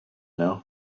now